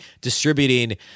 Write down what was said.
distributing